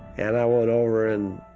and i went over and